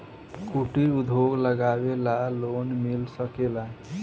कुटिर उद्योग लगवेला लोन मिल सकेला?